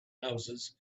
houses